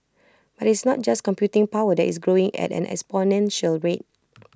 but IT is not just computing power that is growing at an exponential rate